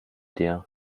dir